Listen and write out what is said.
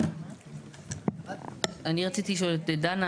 אני רציתי לשאול את דנה,